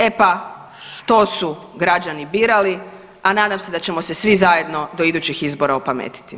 E pa to su građani birali, a nadam se da ćemo se svi zajedno do idućih izbora opametiti.